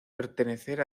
pertenecer